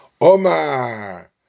Omar